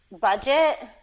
budget